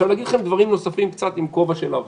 אגיד לכם דברים עם כובע של עבר,